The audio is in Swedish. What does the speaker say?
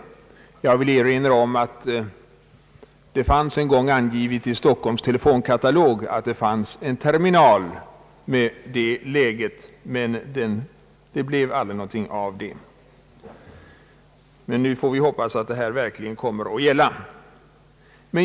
Jag vill erinra om att det en gång fanns angivet i Stockholms telefonkatalog att det fanns en terminal med ungefär det läget. Men den kom aldrig till stånd. Vi får hoppas att den nu verkligen kommer att inrättas.